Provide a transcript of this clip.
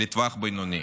לטווח בינוני,